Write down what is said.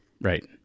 Right